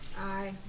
Aye